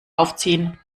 aufziehen